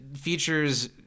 features